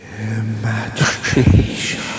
Imagination